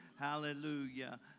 Hallelujah